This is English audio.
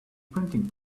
printing